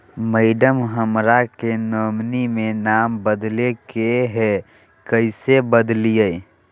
madam, हमरा के nominee में नाम बदले के हैं, कैसे बदलिए